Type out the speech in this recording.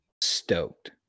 stoked